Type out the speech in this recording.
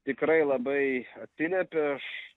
tikrai labai atsiliepė aš